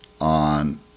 on